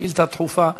שאילתה דחופה.